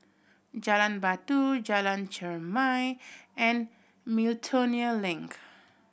Jalan Batu Jalan Chermai and Miltonia Link